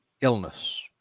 illness